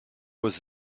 was